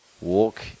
walk